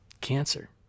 cancer